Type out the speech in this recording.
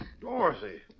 Dorothy